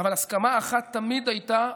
אבל הסכמה אחת תמיד הייתה,